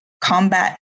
combat